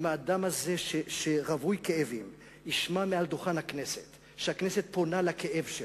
אם האדם הזה רווי הכאבים ישמע מעל דוכן הכנסת שהכנסת פונה לכאב שלו,